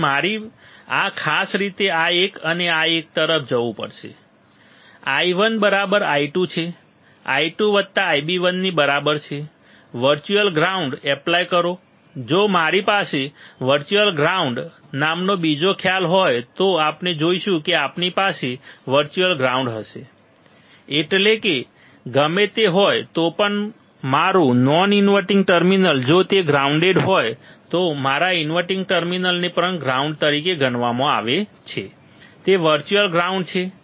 તેથી મારે આ ખાસ રીતે આ એક અને આ એક તરફ જવું પડશે i1 બરાબર i2 છે i2 Ib1 ની બરાબર છે વર્ચ્યુઅલ ગ્રાઉન્ડ એપ્લાય કરો જો મારી પાસે વર્ચ્યુઅલ ગ્રાઉન્ડ નામનો બીજો ખ્યાલ હોય તો આપણે જોઈશું કે આપણી પાસે વર્ચ્યુઅલ ગ્રાઉન્ડ હશે એટલે કે ગમે તે હોય તો પણ મારું નોન ઇન્વર્ટીંગ ટર્મિનલ જો તે ગ્રાઉન્ડેડ હોય તો મારા ઇન્વર્ટીંગ ટર્મિનલને પણ ગ્રાઉન્ડ તરીકે ગણવામાં આવે છે તે વર્ચ્યુઅલ ગ્રાઉન્ડ છે